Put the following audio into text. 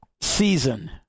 season